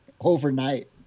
Overnight